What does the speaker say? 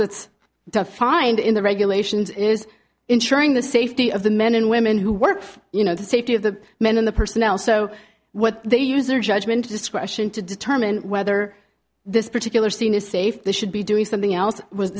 defined in the regulations is ensuring the safety of the men and women who work for you know the safety of the men in the personnel so what they use their judgment discretion to determine whether this particular scene is safe they should be doing something else was